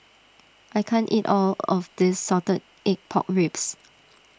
I can't eat all of this Salted Egg Pork Ribs